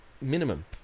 Minimum